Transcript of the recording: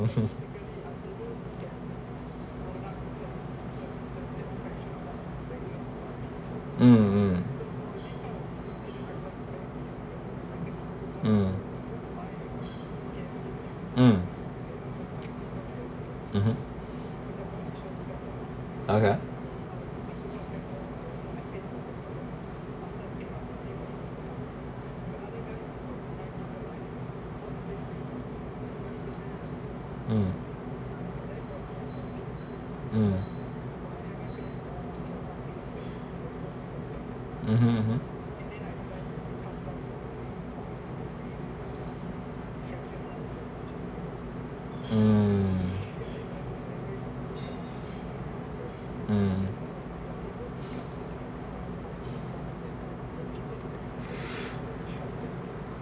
um um um um mmhmm okay um um mmhmm um um